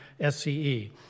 SCE